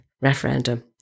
referendum